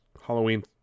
Halloween